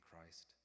Christ